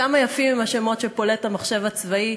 כמה יפים הם השמות שפולט המחשב הצבאי,